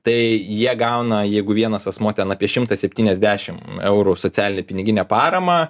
tai jie gauna jeigu vienas asmuo ten apie šimtą septyniasdešimt eurų socialinę piniginę paramą